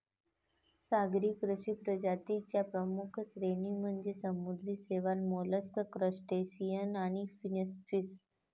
सागरी कृषी प्रजातीं च्या प्रमुख श्रेणी म्हणजे समुद्री शैवाल, मोलस्क, क्रस्टेशियन आणि फिनफिश